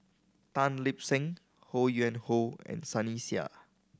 Tan Lip Seng Ho Yuen Hoe and Sunny Sia